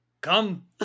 come